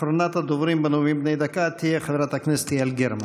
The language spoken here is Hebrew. אחרונת הדוברים בנאומים בני דקה תהיה חברת יעל גרמן.